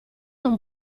non